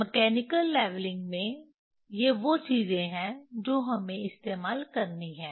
mechanical levelling में ये वो चीजें हैं जो हमें इस्तेमाल करनी हैं